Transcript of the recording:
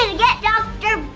and get dr.